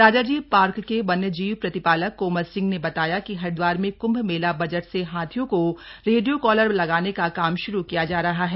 Rajaji park के वन्य जीव प्रतिपालक कोमल सिंह ने बताया कि हरिद्वार में क्ंभ मेला बजट से हाथियों को रेडियो कॉलर लगाने का काम श्रू किया जा रहा है